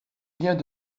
viens